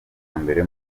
mbere